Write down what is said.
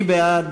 מי בעד?